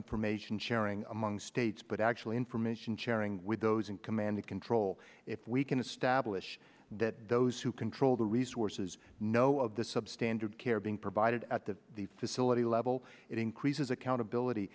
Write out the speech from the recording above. information sharing among states but actually information sharing with those in command and control if we can establish that those who control the resources know of the substandard care being provided at the facility level it increases accountability